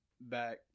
back